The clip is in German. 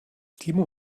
timo